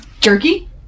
jerky